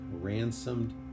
ransomed